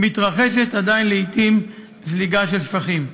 עדיין מתרחשת לעתים זליגת שפכים.